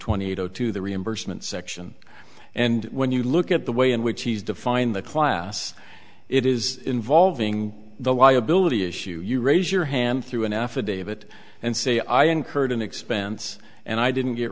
zero two the reimbursement section and when you look at the way in which he's defined the class it is involving the liability issue you raise your hand through an affidavit and say i incurred an expense and i didn't get